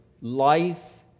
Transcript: life